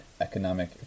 economic